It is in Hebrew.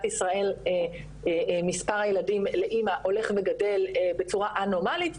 ישראל מספר הילדים לאמא הולך וגדל בצורה אנומלית,